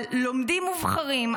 על לומדים מובחרים,